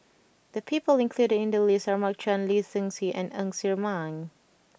the people included in the list are Mark Chan Lee Seng Tee and Ng Ser Miang